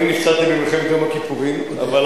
אני נפצעתי במלחמת יום הכיפורים, ועוד איך.